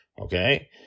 okay